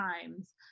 times